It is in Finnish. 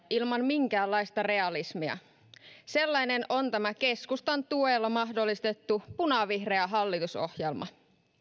ilman minkäänlaista realismia sellainen on tämä keskustan tuella mahdollistettu punavihreä hallitusohjelma